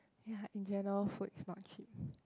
ya in general food is not cheap